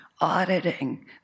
auditing